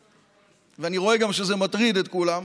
ואני רואה שזה מטריד את כולם,